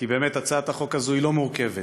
כי באמת הצעת החוק הזו היא לא מורכבת,